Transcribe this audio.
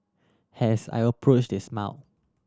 has I approach they smile